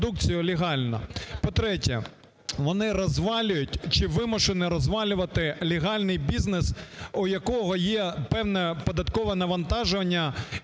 По-третє, вони розвалюють чи вимушені розвалювати легальний бізнес, у якого є певне податкове навантаження